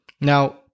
Now